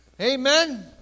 Amen